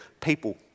people